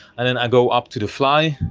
and then i go up to the fly